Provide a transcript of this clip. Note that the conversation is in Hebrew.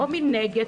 או מנגד,